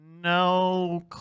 No